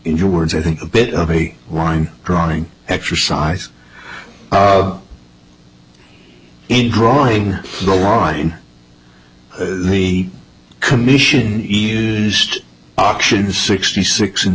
in your words i think a bit of a line drawing exercise in drawing the line the commission just auction the sixty six in